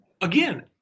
again